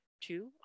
two